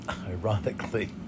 ironically